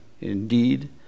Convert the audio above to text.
Indeed